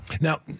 Now